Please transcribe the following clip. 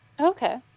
Okay